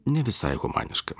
ne visai humaniška